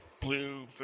blue